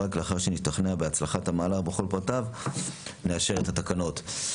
ורק לאחר שנשתכנע בהצלחת המהלך ובכל פרטיו - נאשר את התקנות.